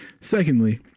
Secondly